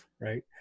Right